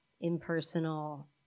impersonal